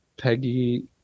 Peggy